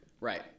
right